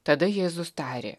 tada jėzus tarė